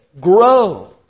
grow